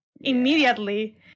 immediately